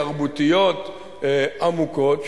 תרבותיות עמוקות,